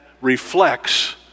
reflects